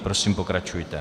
Prosím, pokračujte.